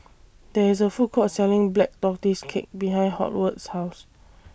There IS A Food Court Selling Black Tortoise Cake behind Howard's House